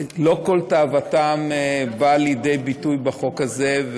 לא כל תאוותם באה לידי ביטוי בחוק הזה,